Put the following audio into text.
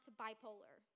bipolar